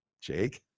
Jake